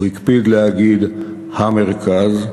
הוא הקפיד להגיד "המרכז",